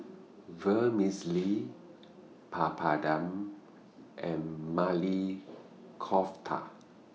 Vermicelli Papadum and Maili Kofta